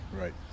Right